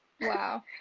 wow